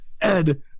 Ed